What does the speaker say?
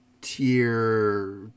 tier